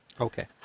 okay